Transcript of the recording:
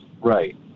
Right